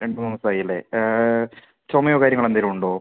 രണ്ട് മൂന്ന് ദിവസമായി അല്ലേ ചുമയോ കാര്യങ്ങൾ എന്തെങ്കിലും ഉണ്ടോ